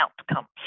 outcomes